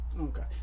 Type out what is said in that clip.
Okay